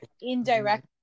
indirect